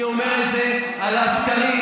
אני אומר את זה לפי הסקרים.